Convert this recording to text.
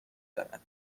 دارد